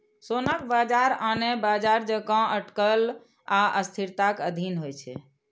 सोनाक बाजार आने बाजार जकां अटकल आ अस्थिरताक अधीन होइ छै